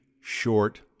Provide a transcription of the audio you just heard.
short